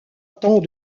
tant